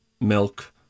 milk